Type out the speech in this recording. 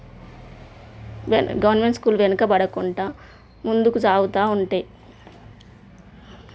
government school వెనుక పడకుండా ముందుకు సాగుతూ ఉంటే